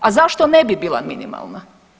A zašto ne bi bila minimalna?